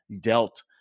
dealt